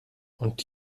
und